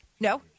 No